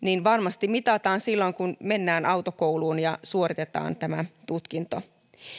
varmasti mitataan silloin kun mennään autokouluun ja suoritetaan tämä tutkinto